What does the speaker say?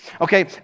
Okay